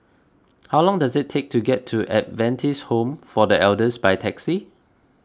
how long does it take to get to Adventist Home for the Elders by taxi